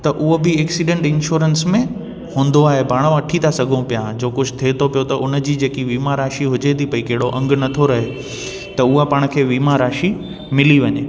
त उहो बि एक्सीडेंट इंश्योरेंस में हूंदो आहे पाण वठी था सघूं पिया जो कुझु थिए थो पियो त उन जी जेकी वीमा राशी हुजे ती पई कहिड़ो अङ नथो रहे त उहा पाण खे वीमा राशी मिली वञे